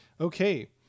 Okay